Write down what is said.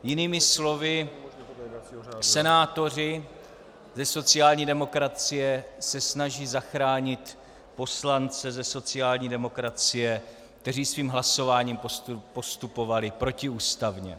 Jinými slovy, senátoři ze sociální demokracie se snaží zachránit poslance ze sociální demokracie, kteří svým hlasováním postupovali protiústavně.